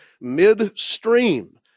midstream